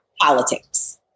politics